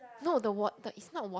no the water it's not wat~